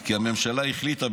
כי הממשלה החליטה,